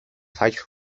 fallo